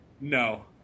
no